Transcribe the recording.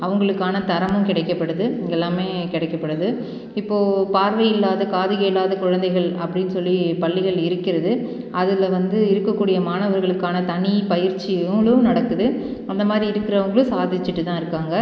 அவங்களுக்கான தரமும் கிடைக்கப்படுது இங்கே எல்லாமே கிடைக்கப்படுது இப்போ பார்வை இல்லாத காது கேளாத குழந்தைகள் அப்படின்னு சொல்லி பள்ளிகள் இருக்கிறது அதில் வந்து இருக்கக்கூடிய மாணவர்களுக்கான தனிப் பயிற்சிகளும் நடக்குது அந்தமாதிரி இருக்குகிறவங்களும் சாதிச்சுட்டு தான் இருக்காங்கள்